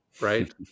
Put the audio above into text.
right